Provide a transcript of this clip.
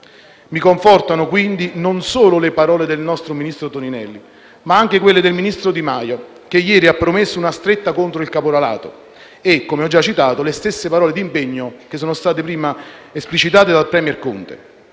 Mi confortano, quindi, non solo le parole del ministro Toninelli, ma anche quelle del ministro Di Maio, che ieri ha promesso una stretta contro il caporalato e, come ho già detto, le stesse parole di impegno esplicitate dal *premier* Conte.